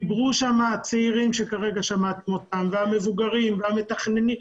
דיברו שם הצעירים שכרגע שמעת אותם והמבוגרים והמתכננים.